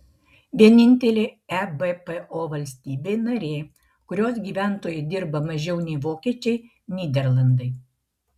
vienintelė ebpo valstybė narė kurios gyventojai dirba mažiau nei vokiečiai nyderlandai